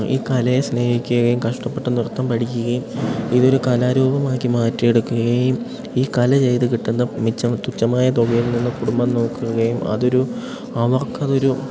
ഈ കലയെ സ്നേഹിക്കുകയും കഷ്ടപ്പെട്ട് നൃത്തം പഠിക്കുകയും ഇതൊരു കലാരൂപമാക്കി മാറ്റിയെടുക്കുകയും ഈ കല ചെയ്തു കിട്ടുന്ന മിച്ചം തുച്ഛമായ തുകയിൽ നിന്ന് കുടുംബം നോക്കുകയും അതൊരു അവർക്കതൊരു